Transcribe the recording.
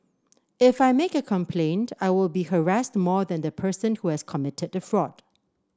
if I make a complaint I will be harassed more than the person who has committed the fraud